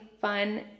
fun